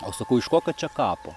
o sakau iš kokio čia kapo